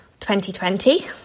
2020